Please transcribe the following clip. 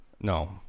No